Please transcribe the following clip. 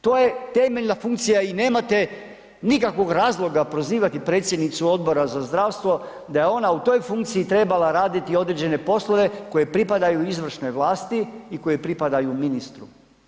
To je temeljna funkcija i nemate nikakvog razloga prozivati predsjednicu Odbora za zdravstvo da je ona u toj funkciji trebala raditi određene poslove koji pripadaju izvršnoj vlasti i koje pripadaju ministru.